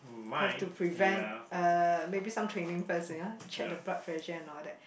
have to prevent uh maybe some training first ya check the blood pressure and all that